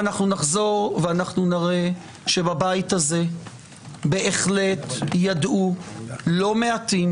אנחנו נחזור ואנחנו נראה שבבית הזה בהחלט ידעו לא מעטים,